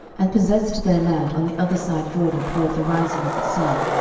and possessed their land on the other side jordan toward the rising of the sun,